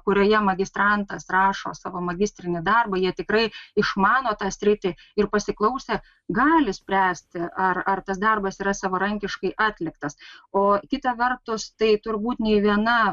kurioje magistrantas rašo savo magistrinį darbą jie tikrai išmano tą sritį ir pasiklausę gali spręsti ar ar tas darbas yra savarankiškai atliktas o kita vertus tai turbūt nė viena